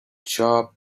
shop